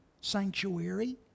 sanctuary